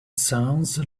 sounds